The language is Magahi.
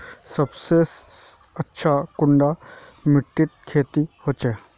सबसे अच्छा कुंडा माटित खेती होचे?